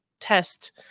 test